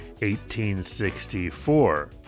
1864